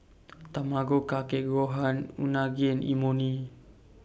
Tamago Kake Gohan Unagi and Imoni